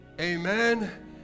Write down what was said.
amen